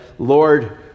Lord